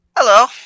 Hello